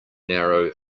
narrow